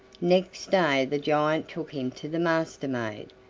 next day the giant took him to the master-maid.